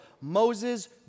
Moses